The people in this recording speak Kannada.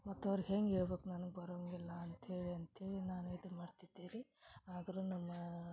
ಮತ್ತೆ ಅವ್ರ್ಗ ಹೆಂಗೆ ಹೇಳಬೇಕು ನನ್ಗ ಬರೊಂಗಿಲ್ಲ ಅಂತೇಳಿ ಅಂತೇಳಿ ನಾನು ಇದನ್ನ ಮಾಡ್ತಿದ್ದೆ ರೀ ಆದರು ನಮ್ಮ